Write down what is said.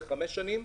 למשך חמש שנים,